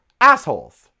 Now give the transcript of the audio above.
assholes